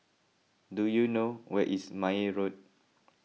do you know where is Meyer Road